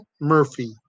Murphy